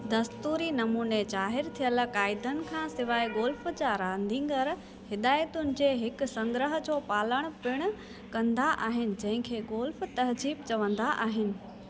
दस्तूरी नमूने ज़ाहिर थियल क़ायदनि खां सवाइ गोल्फ़ जा रांदीगर हिदायतुनि जे हिक संग्रह जो पालणु पिणु कंदा आहिनि जंहिंखे गोल्फ़ु तहज़ीब चवंदा आहिनि